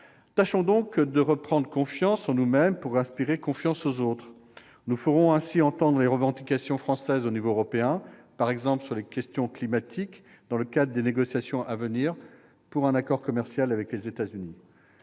Tâchons donc de reprendre confiance en nous-mêmes pour inspirer confiance aux autres. Nous ferons ainsi entendre les revendications françaises au niveau européen, par exemple sur les questions climatiques dans le cadre des négociations à venir pour un accord commercial avec les États-Unis.